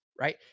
Right